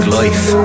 life